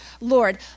Lord